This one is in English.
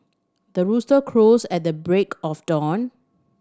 the rooster crows at the break of dawn